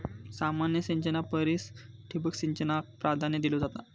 सामान्य सिंचना परिस ठिबक सिंचनाक प्राधान्य दिलो जाता